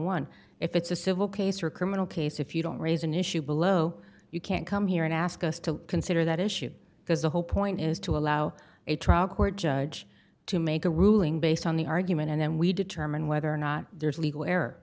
dollars if it's a civil case or a criminal case if you don't raise an issue below you can't come here and ask us to consider that issue because the whole point is to allow a trial court judge to make a ruling based on the argument and then we determine whether or not there's a legal error